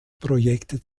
projekte